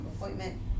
appointment